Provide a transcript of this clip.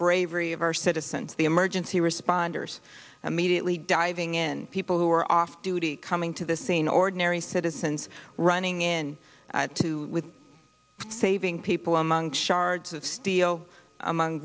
bravery of our citizens the emergency responders immediately diving in people who were off duty coming to the scene ordinary citizens running in to with saving people among shards of steel among